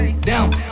Down